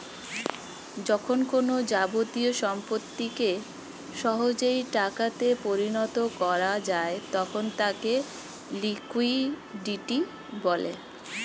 যখন কোনো যাবতীয় সম্পত্তিকে সহজেই টাকা তে পরিণত করা যায় তখন তাকে লিকুইডিটি বলে